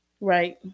right